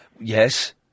Yes